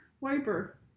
Wiper